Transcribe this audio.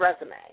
resume